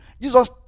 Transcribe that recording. Jesus